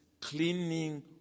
cleaning